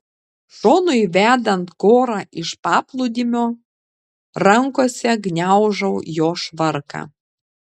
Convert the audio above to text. šonui vedant korą iš paplūdimio rankose gniaužau jo švarką